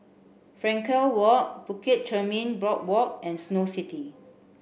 Frankel Walk Bukit Chermin Boardwalk and Snow City